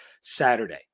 Saturday